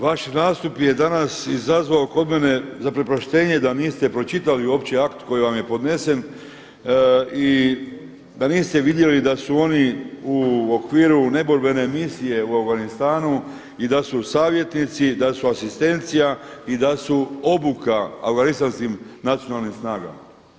Vaš nastup je danas izazvao kod mene zaprepaštenje da niste pročitali uopće akt koji vam je podnesen i da niste vidjeli da su oni u okviru neborbene misije u Afganistanu i da su savjetnici ,da su asistencija i da su obuka afganistanskim nacionalnim snagama.